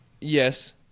Yes